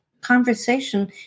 conversation